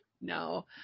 No